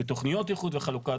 בתכניות איחוד וחלוקה,